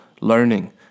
learning